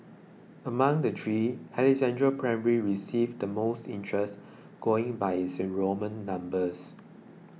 among the three Alexandra Primary received the most interest going by its enrolment numbers